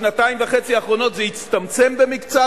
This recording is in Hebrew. בשנתיים וחצי האחרונות זה הצטמצם במקצת,